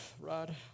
Rod